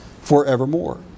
Forevermore